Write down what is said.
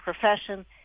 profession